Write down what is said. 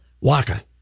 Waka